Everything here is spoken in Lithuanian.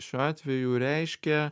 šiuo atveju reiškia